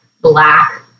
black